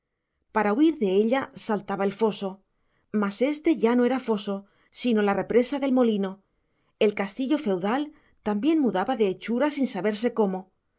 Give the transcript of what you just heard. para huir de ella saltaba el foso mas éste ya no era foso sino la represa del molino el castillo feudal también mudaba de hechura sin saberse cómo